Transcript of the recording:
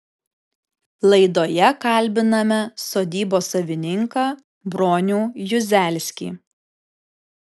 laidoje kalbiname sodybos savininką bronių juzelskį